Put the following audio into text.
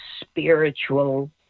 spiritual